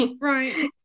Right